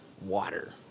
water